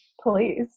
Please